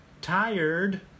tired